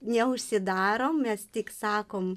neužsidarom mes tik sakom